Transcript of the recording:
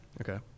Okay